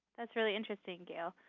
that's really interesting, gail.